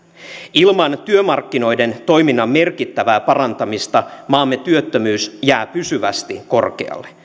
ilman työmarkkinoiden toiminnan merkittävää parantamista maamme työttömyys jää pysyvästi korkealle